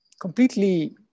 completely